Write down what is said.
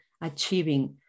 achieving